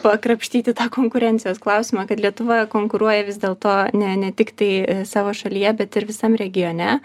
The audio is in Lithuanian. pakrapštyti tą konkurencijos klausimą kad lietuva konkuruoja vis dėlto ne ne tiktai savo šalyje bet ir visam regione